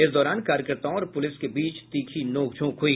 इस दौरान कार्यकर्ताओं और पुलिस के बीच तीखी नोकझोंक हुई